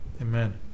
Amen